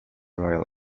royal